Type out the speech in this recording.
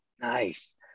nice